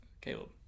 Caleb